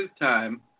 time